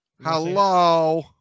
Hello